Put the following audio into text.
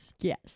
Yes